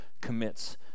commits